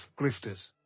grifters